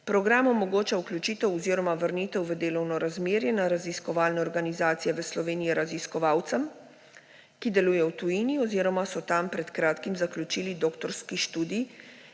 Program omogoča vključitev oziroma vrnitev v delovno razmerje na raziskovalne organizacije v Sloveniji raziskovalcem, ki delujejo v tujini oziroma so tam pred kratkim zaključili doktorski študij